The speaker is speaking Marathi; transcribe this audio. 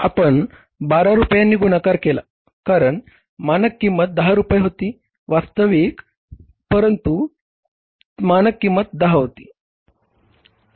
आपण 12 रुपयांनी गुणाकार केला कारण मानक किंमत 10 रुपये होती वास्तविक 14 परंतु मानक किंमत 10 होती